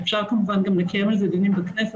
אפשר כמובן גם לקיים על זה דיונים בכנסת,